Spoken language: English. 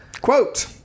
Quote